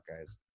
guys